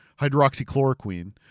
hydroxychloroquine